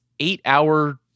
eight-hour